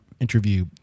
interview